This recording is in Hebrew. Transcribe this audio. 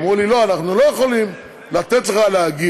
אמרו לי: לא, אנחנו לא יכולים לתת לך להגיב.